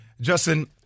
Justin